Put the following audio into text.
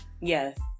Yes